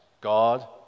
God